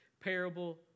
parable